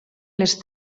les